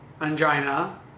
Angina